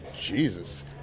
Jesus